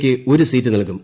ക്ക് ഒരു സീറ്റ് നൽകും